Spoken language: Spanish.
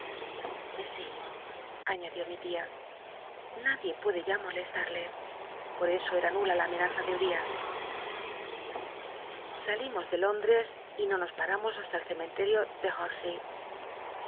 aiiadió mi tia nadie puede ya molestarle por eso cm nula la amenaza de uriah salimos de lóndrcs y no nos paramos hasta el cemclllcr'ío de